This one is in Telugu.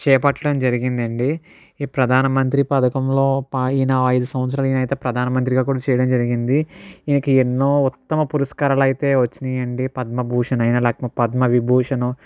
చేపట్టడం జరిగిందండి ఈ ప్రధాన మంత్రి పధకంలో ప ఈయన అయితే ఐదు సంవత్సరాలు ఈయన అయితే ప్రధాన మంత్రిగా కూడా చేయడం జరిగింది ఈయనకి ఎన్నో ఉత్తమ పురస్కారాలు అయితే వచ్చినాయండి పద్మభూషణ్ అయినా లేకపోతే పద్మవిభూషణ్